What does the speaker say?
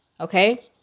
Okay